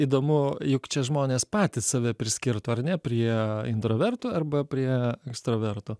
įdomu juk čia žmonės patys save priskirtų ar ne prie introverto arba prie ekstraverto